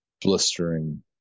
blistering